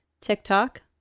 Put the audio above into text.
TikTok